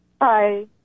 Hi